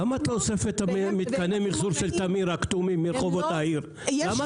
למה את לא אוספת אותם מרחובות העיר במתקני מחזור הכתומים של תמיר?